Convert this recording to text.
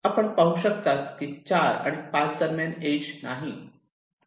आपण पण पाहू शकतात की 4 आणि 5 दरम्यान इज नाही